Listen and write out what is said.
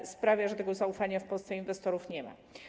To sprawia, że tego zaufania w Polsce wśród inwestorów nie ma.